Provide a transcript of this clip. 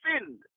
sinned